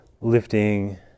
lifting